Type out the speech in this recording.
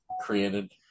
created